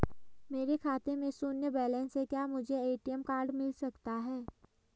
मेरे खाते में शून्य बैलेंस है क्या मुझे ए.टी.एम कार्ड मिल सकता है?